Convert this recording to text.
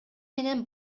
менен